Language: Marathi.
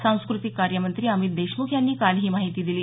सांस्कृतिक कार्य मंत्री अमित देशमुख यांनी काल ही माहिती दिली